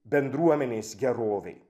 bendruomenės gerovei